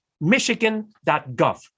michigan.gov